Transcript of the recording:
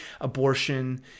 abortion